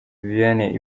vianney